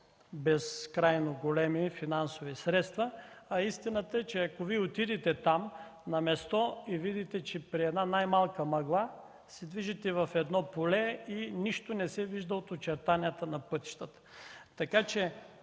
безкрайно големи финансови средства. Истината е, че ако отидете там на място, ще видите, че при една най-малка мъгла се движите по едно поле и нищо не се вижда от очертанията на пътищата. Така че